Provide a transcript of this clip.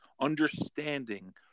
understanding